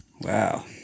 wow